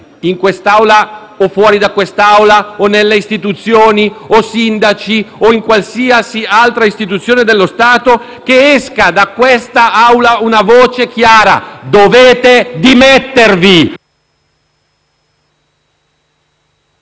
in quest'Aula o fuori di essa o nelle istituzioni, o sindaci o in qualsiasi altra istituzione dello Stato, che esca da quest'Aula una voce chiara: dovete dimettervi!